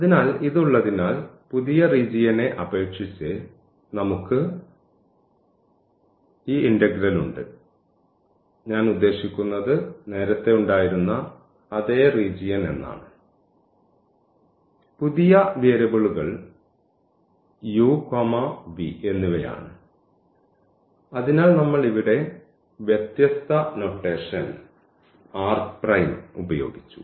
അതിനാൽ ഇത് ഉള്ളതിനാൽ പുതിയ റീജിയനെ അപേക്ഷിച്ച് നമുക്ക് ഈ ഇന്റെഗ്രേലുണ്ട് ഞാൻ ഉദ്ദേശിക്കുന്നത് നേരത്തെ ഉണ്ടായിരുന്ന അതേ റീജിയൻ എന്നാണ് പുതിയ വേരിയബിളുകൾ എന്നിവയാണ് അതിനാൽ നമ്മൾ ഇവിടെ വ്യത്യസ്ത നൊട്ടേഷൻ ഉപയോഗിച്ചു